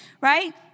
Right